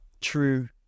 true